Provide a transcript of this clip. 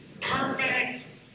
perfect